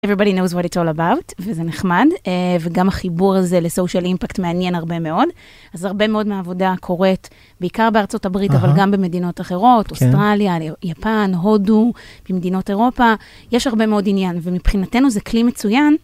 וזה נחמד, וגם החיבור הזה לסושיאל אימפקט מעניין הרבה מאוד. אז הרבה מאוד מעבודה קורית, בעיקר בארצות הברית, אבל גם במדינות אחרות, אוסטרליה, יפן, הודו, במדינות אירופה, יש הרבה מאוד עניין, ומבחינתנו זה כלי מצוין.